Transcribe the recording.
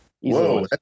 Whoa